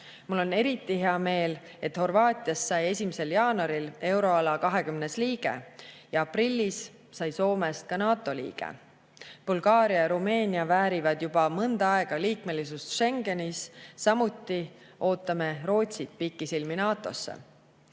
Mul on eriti hea meel, et Horvaatiast sai 1. jaanuaril euroala 20. liige ja aprillis sai Soomest NATO liige. Bulgaaria ja Rumeenia väärivad juba mõnda aega liikmesust Schengenis, samuti ootame Rootsit pikisilmi NATO-sse.